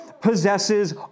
possesses